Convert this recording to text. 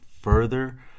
further